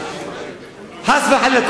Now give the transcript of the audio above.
חס וחלילה.